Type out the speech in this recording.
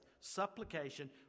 supplication